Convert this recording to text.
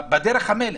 בדרך המלך.